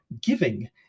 giving